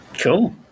Cool